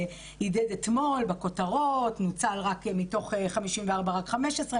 הדהד אתמול בכותרות: מתוך 54 נוצלו רק 15,